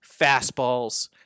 fastballs